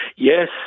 Yes